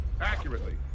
accurately